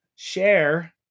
share